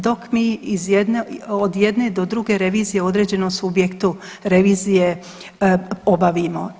Dok mi od jedne do druge revizije određenom subjektu revizije obavimo.